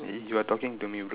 eh you are talking to me bro